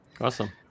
Awesome